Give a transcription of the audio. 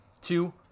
Two